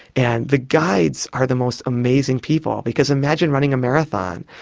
and the guides are the most amazing people, because imagine running a marathon,